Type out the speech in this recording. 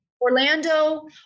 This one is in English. Orlando